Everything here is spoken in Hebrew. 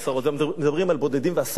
מדברים על בודדים ועשרות ביום.